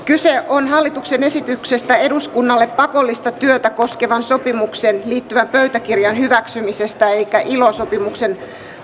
kyse on hallituksen esityksestä eduskunnalle pakollista työtä koskevaan sopimukseen liittyvän pöytäkirjan hyväksymisestä elikkä ilo sopimuksen